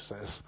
says